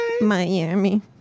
Miami